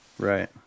Right